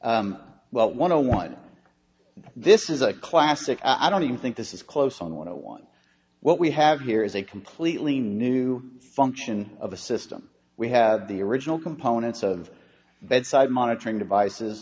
vote well one on one this is a classic i don't even think this is close on want to one what we have here is a completely new function of a system we have the original components of bedside monitoring devices